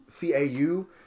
CAU